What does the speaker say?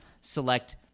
select